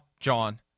John